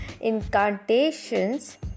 Incantations